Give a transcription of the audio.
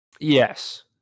Yes